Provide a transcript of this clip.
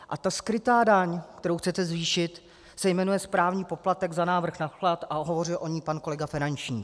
A ta skrytá daň, kterou chcete zvýšit, se jmenuje správní poplatek za návrh na vklad a hovořil o ní pan kolega Ferjenčík.